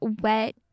wet